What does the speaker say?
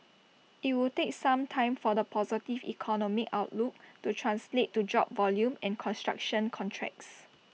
IT would take some time for the positive economic outlook to translate to job volume and construction contracts